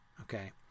okay